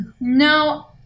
No